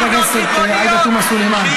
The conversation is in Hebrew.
חברת הכנסת עאידה תומא סלימאן.